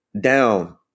down